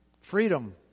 Freedom